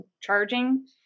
charging